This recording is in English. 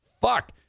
Fuck